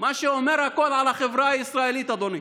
מה שאומר הכול על החברה הישראלית, אדוני,